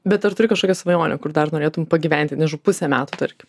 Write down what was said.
bet ar turi kažkokią svajonę kur dar norėtum pagyventi nežinau pusę metų tarkim